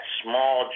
small